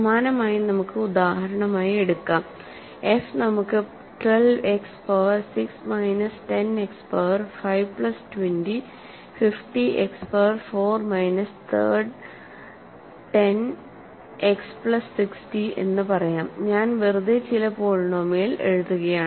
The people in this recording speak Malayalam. സമാനമായി നമുക്ക് ഉദാഹരണമായി എടുക്കാം f നമുക്ക് 12 x power 6 minus 10 x power 5 plus 20 50 x power 4 minus third 10 x plus 60 എന്ന് പറയാം ഞാൻ വെറുതെ ചില പോളിനോമിയൽ എഴുതുകയാണ്